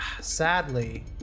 Sadly